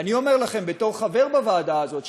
ואני אומר לכם בתור חבר בוועדה הזאת,